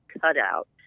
cutout